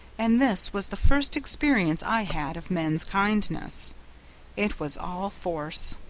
and this was the first experience i had of men's kindness it was all force.